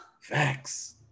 Facts